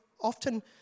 often